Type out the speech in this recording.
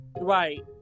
Right